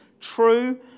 true